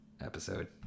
episode